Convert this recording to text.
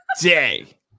day